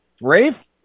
Rafe